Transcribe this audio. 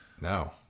No